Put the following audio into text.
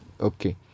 Okay